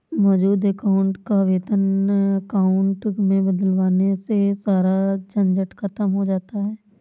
मौजूद अकाउंट को वेतन अकाउंट में बदलवाने से सारा झंझट खत्म हो जाता है